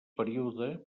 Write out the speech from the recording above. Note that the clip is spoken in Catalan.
període